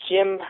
Jim